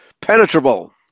penetrable